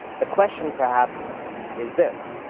the question perhaps is this.